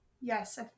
Yes